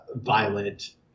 violent